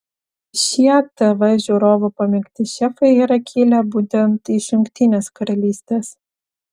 šie tv žiūrovų pamėgti šefai yra kilę būtent iš jungtinės karalystės